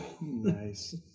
Nice